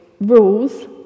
rules